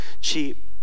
cheap